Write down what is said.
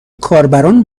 کاربران